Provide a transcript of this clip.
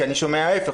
כי אני שומע ההיפך,